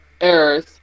errors